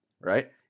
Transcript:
right